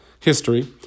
history